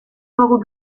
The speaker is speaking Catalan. begut